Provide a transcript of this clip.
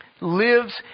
lives